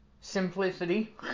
simplicity